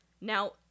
Now